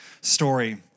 story